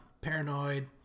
paranoid